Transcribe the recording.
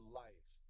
life